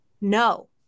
No